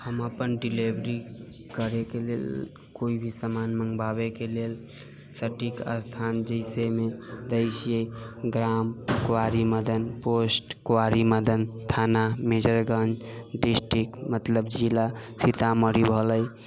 हम अपन डिलेवरी करै के लेल कोइ भी समान मंगबाबै के लेल सटीक स्थान जैसे मे दै छियै ग्राम क्वारी मदन पोस्ट क्वारी मदन थाना मेजरगंज डिस्ट्रिक्ट मतलब जिला सीतामढ़ी भेलै